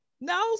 No